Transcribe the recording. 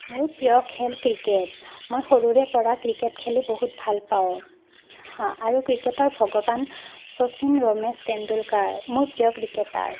মোৰ প্ৰিয় খেল ক্ৰিকেট মই সৰুৰে পৰা ক্ৰিকেট খেলি বহুত ভাল পাওঁ অঁ আৰু ক্ৰিকেটৰ ভগৱান শচীন ৰমেশ তেণ্ডুলকাৰ মোৰ প্ৰিয় ক্ৰিকেটাৰ